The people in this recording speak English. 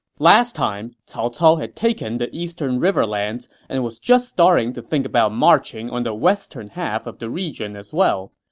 last time, cao cao had taken the eastern riverlands and was just starting to think about marching on the western half of the region as well.